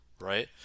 right